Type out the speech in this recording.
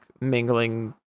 mingling